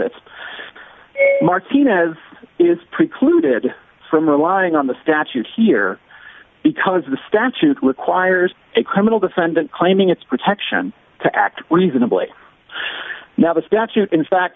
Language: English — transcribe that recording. it martinez is precluded from relying on the statute here because the statute requires a criminal defendant claiming it's protection to act reasonably now the statute in fact